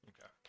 Okay